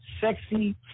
sexy